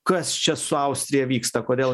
kas čia su austrija vyksta kodėl